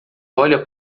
olha